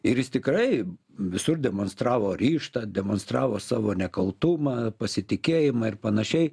ir jis tikrai visur demonstravo ryžtą demonstravo savo nekaltumą pasitikėjimą ir panašiai